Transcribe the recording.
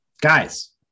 guys